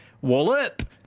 wallop